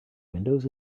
windows